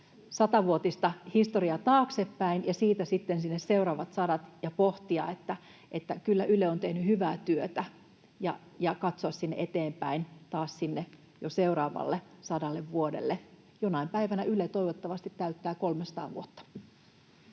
satavuotista historiaa taaksepäin ja siitä sitten ne seuraavat sadat ja pohtia, että kyllä Yle on tehnyt hyvää työtä, ja katsoa eteenpäin taas jo sinne seuraavalle sadalle vuodelle. Jonain päivänä Yle toivottavasti täyttää 300 vuotta.